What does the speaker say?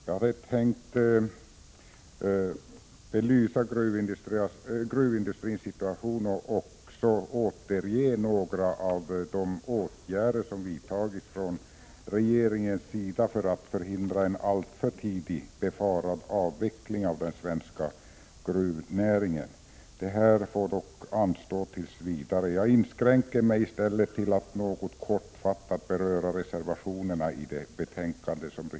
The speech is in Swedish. Herr talman! Jag hade tänkt belysa gruvindustrins situation och även återge några av de åtgärder som vidtagits av regeringen för att förhindra alltför tidig befarad avveckling av den svenska gruvnäringen. Detta får dock anstå tills vidare. Jag inskränker mig i stället till att kortfattat beröra reservationerna i betänkandet.